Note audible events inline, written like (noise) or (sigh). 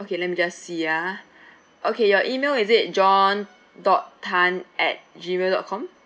okay let me just see ah (breath) okay your email is it john dot Tan at gmail dot com